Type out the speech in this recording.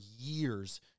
years